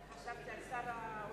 אני חשבתי על שר האוצר הנוכחי.